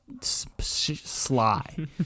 sly